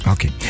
Okay